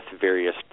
various